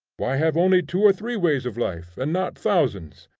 why have only two or three ways of life, and not thousands?